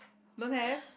don't have